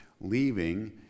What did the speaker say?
leaving